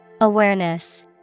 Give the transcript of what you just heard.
Awareness